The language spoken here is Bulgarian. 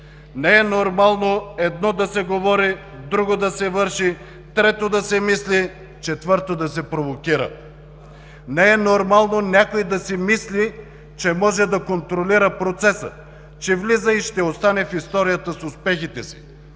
Не е нормално едно да се говори, друго да се върши, трето да се мисли, четвърто да се провокира. Не е нормално някой да си мисли, че може да контролира процеса, че влиза и ще остане в историята с успехите си.